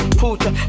puta